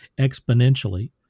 exponentially